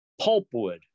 pulpwood